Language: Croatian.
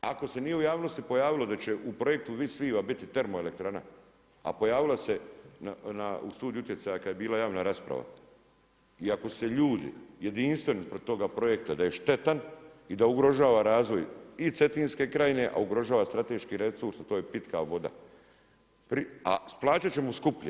Ako se nije u javnosti pojavilo da će u Projektu „Vis viva“ biti termoelektrana, a pojavila se u studiju utjecaja kada je bila javna rasprava i ako su se ljudi jedinstveni protiv toga projekta da je štetan i da ugrožava razvoj i Cetinske krajine, a ugrožava strateški resurs, a to je pitka voda, a plaćat ćemo skuplje.